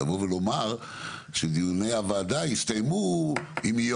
לבוא ולומר שדיוני הוועדה יסתיימו אם יהיו